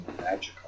magical